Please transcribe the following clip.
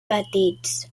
petits